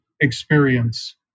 experience